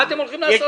מה אתם הולכים לעשות?